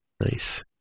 Nice